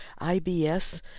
IBS